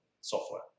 software